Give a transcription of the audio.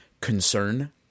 concern